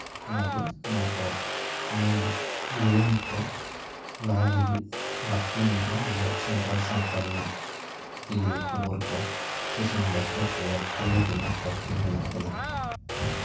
ᱚᱱᱟᱜᱮ ᱱᱚᱣᱟ ᱠᱚ ᱥᱟᱱᱟᱢ ᱡᱩᱣᱟᱹᱱ ᱠᱚ ᱞᱟᱦᱟ ᱦᱤᱡᱩᱜ ᱞᱟᱹᱠᱛᱤ ᱢᱮᱱᱟᱜᱼᱟ ᱟᱵᱚᱣᱟᱜ ᱥᱟᱱᱛᱟᱲ ᱥᱟᱶᱛᱟ ᱨᱮᱱᱟᱜ ᱡᱩᱫᱟᱹ ᱡᱩᱫᱟᱹ ᱠᱷᱚᱵᱚᱨ ᱠᱚ ᱥᱮ ᱥᱚᱝᱵᱟᱫ ᱠᱚ ᱠᱷᱚᱵᱚᱨ ᱛᱩᱢᱟᱹᱞ ᱨᱮᱱᱟᱜ ᱞᱟᱹᱠᱛᱤ ᱢᱮᱟᱜ ᱟᱠᱟᱫᱟ